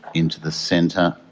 into the center.